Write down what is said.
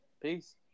Peace